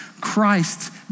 Christ